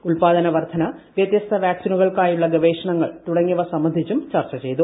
ക്രുഉത്പാദന വർദ്ധന വൃത്യസ്ത വാക്സിനുകൾക്കായുള്ള ഗ്ദ്വേഷണങ്ങൾ തുടങ്ങിയവ സംബന്ധിച്ചും ചർച്ച ചെയ്തു